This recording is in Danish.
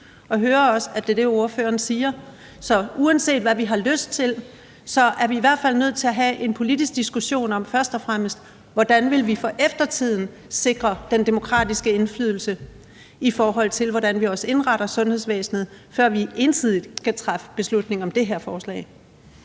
jeg hører også, at det er det, ordføreren siger. Så uanset hvad vi har lyst til, er vi i hvert fald nødt til først og fremmest at have en politisk diskussion om, hvordan vi for eftertiden vil sikre den demokratiske indflydelse, i forhold til hvordan vi indretter sundhedsvæsenet, før vi ensidigt kan træffe beslutning om det her forslag.